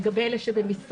לגבי אלה שבמשמרות.